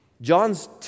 John's